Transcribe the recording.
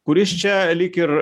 kuris čia lyg ir